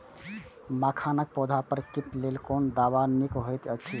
मखानक पौधा पर कीटक लेल कोन दवा निक होयत अछि?